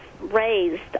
raised